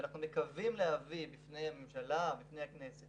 ואנחנו מקווים להביא בפני הממשלה ובפני הכנסת